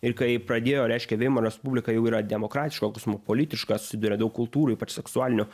ir kai pradėjo reiškia veimaro respublika jau yra demokratiška kosmopolitiška susiduria daug kultūrų ypač seksualinių